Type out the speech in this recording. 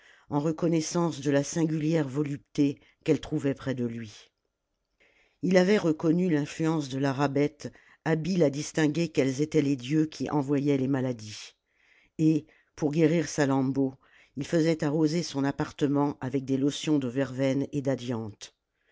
en reconnaissance de la singulière volupté qu'elle trouvait près de lui il avait reconnu l'influence de la rabbet habile à distinguer quels étaient les dieux qui envoyaient les maladies et pour guérir salammbô il faisait arroser son appartement avec des lotions de verveine et d'adiante